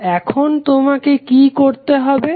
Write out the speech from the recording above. তো এখন তোমাকে কি করতে হবে